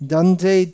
Dante